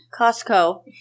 Costco